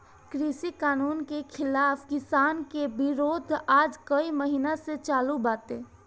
कृषि कानून के खिलाफ़ किसान के विरोध आज कई महिना से चालू बाटे